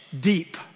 deep